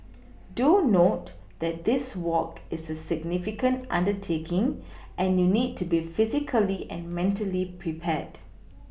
do note that this walk is a significant undertaking and you need to be physically and mentally prepared